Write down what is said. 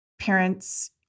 Parents